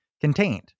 contained